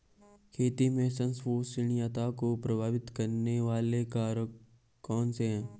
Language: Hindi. खेती में संपोषणीयता को प्रभावित करने वाले कारक कौन से हैं?